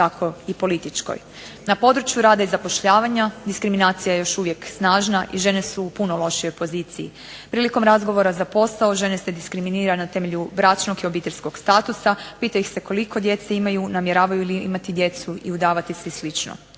tako i političkoj. Na području rada i zapošljavanja diskriminacija je još uvijek snažna i žene su u puno lošijoj poziciji. Prilikom razgovora za posao žene se diskriminiraju na temelju bračnog i obiteljskog statusa. Pita ih se koliko djece imaju, namjeravaju li imati djecu i udavati se i sl.